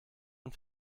und